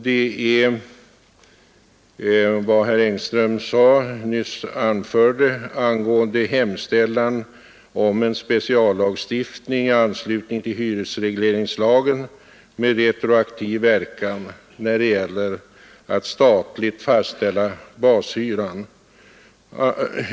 Det gäller vad herr Engström anförde angående hemställan om en speciallagstiftning i anslutning till hyresregleringslagen med retroaktiv verkan för att statligt fastställa bashyran.